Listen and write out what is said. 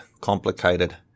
complicated